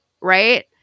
right